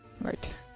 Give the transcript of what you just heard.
Right